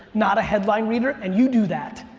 not a headline reader, and you do that,